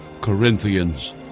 Corinthians